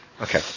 Okay